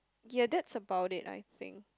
ya that's about it I think